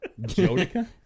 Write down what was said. Jodica